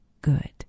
good